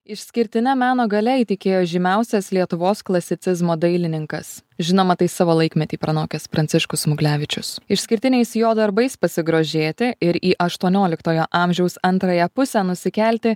išskirtine meno galia įtikėjo žymiausias lietuvos klasicizmo dailininkas žinoma tai savo laikmetį pranokęs pranciškus smuglevičius išskirtiniais jo darbais pasigrožėti ir į aštuonioliktojo amžiaus antrąją pusę nusikelti